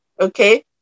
Okay